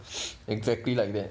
exactly like that